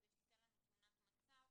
כדי שתיתן לנו תמונת מצב.